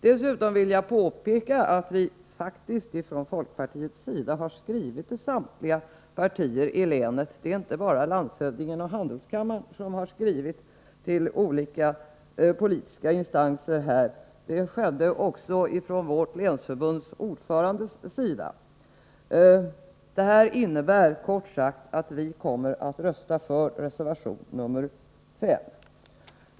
Jag vill påpeka att vi från folkpartiets sida faktiskt har skrivit till samtliga partier i länet. Det är alltså inte bara landshövdingen och handelskammaren som har skrivit till olika politiska instanser, utan också vårt länsförbunds ordförande. Detta innebär, kort sagt, att vi kommer att rösta för reservation nr 5.